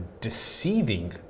deceiving